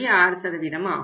6 ஆகும்